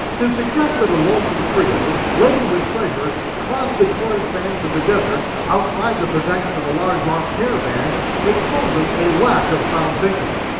to suggest that a lonesome trio laden with treasure crossed the torrid sands of the desert outside the protection of a large armed caravan exposes a lack of sound thinking.